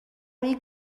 روی